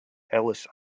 ellis